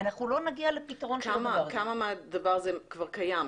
אנחנו לא נגיע לפתרון כמה מהדבר הזה כבר קיים?